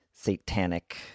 Satanic